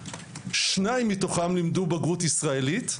שניים מתוכם לימדו בגרות ישראלית.